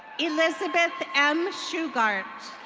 elizabeth m shugart.